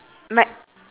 should be one more